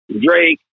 Drake